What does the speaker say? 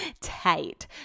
tight